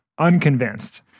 unconvinced